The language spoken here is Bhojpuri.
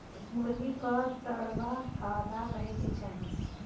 मुर्गी कअ दड़बा हवादार रहे के चाही